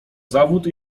zawód